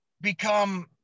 become